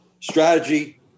strategy